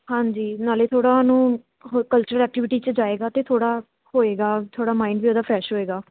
ਹਾਂਜੀ ਨਾਲੇ ਥੋੜ੍ਹਾ ਉਹਨੂੰ ਹ ਕਲਚਰਲ ਐਕਟੀਵਿਟੀ 'ਚ ਜਾਏਗਾ ਅਤੇ ਥੋੜ੍ਹਾ ਹੋਏਗਾ ਥੋੜ੍ਹਾ ਮਾਈਂਡ ਵੀ ਉਹਦਾ ਫਰੈਸ਼ ਹੋਏਗਾ